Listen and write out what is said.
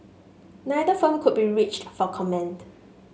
neither firm could be reached for comment